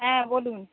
হ্যাঁ বলুন